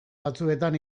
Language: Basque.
batzuetan